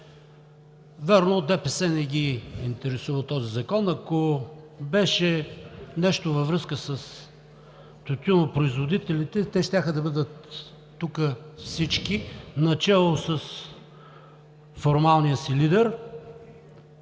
Вярно, от ДПС не ги интересува този закон. Ако беше нещо във връзка с тютюнопроизводителите, те щяха да бъдат тук всички, начело с формалния си лидер.